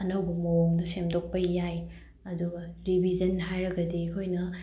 ꯑꯅꯧꯕ ꯃꯑꯣꯡꯗ ꯁꯦꯝꯗꯣꯛꯄ ꯌꯥꯏ ꯑꯗꯨꯒ ꯔꯤꯕꯤꯖꯟ ꯍꯥꯏꯔꯒꯗꯤ ꯑꯩꯈꯣꯏꯅ